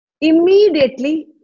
immediately